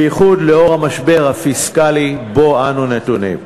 בייחוד בעקבות המשבר הפיסקלי שבו אנו נתונים.